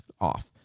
Off